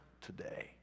today